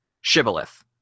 shibboleth